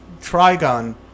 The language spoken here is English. Trigon